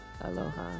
aloha